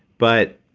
but